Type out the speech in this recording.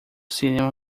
cinema